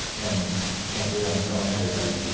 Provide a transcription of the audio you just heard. and i can't believe i'm telling everybody